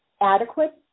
adequate